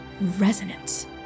resonance